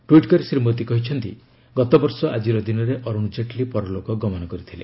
tweet କରି ଶ୍ରୀ ମୋଦି କହିଛନ୍ତି ଗତବର୍ଷ ଆଜିର ଦିନରେ ଅରୁଣ ଜେଟ୍ଲୀ ପରଲୋକ ଗମନ କରିଥିଲେ